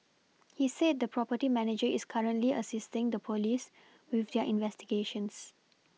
he said the property manager is currently assisting the police with their investigations